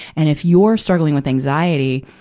and if you're struggling with anxiety,